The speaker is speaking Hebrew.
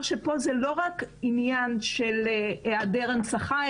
שפה זה לא רק עניין של היעדר הנצחה,